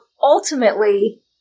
ultimately